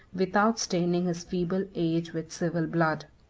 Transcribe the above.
without staining his feeble age with civil blood.